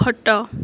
ଖଟ